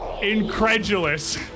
incredulous